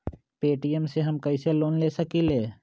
Paytm से हम कईसे लोन ले सकीले?